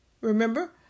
Remember